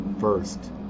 first